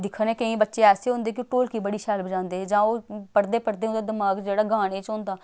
दिक्खने केईं बच्चे ऐसे होंदे कि ढोलकी बड़ी शैल बजांदे जां ओह् पढ़दे पढ़दे उं'दा दमाग जेह्ड़ा गाने च होंदा